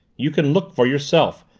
you can look for yourself.